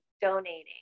donating